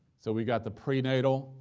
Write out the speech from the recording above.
so we got the pre-natal